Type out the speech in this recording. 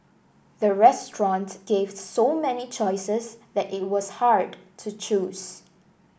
the restaurant gave so many choices that it was hard to choose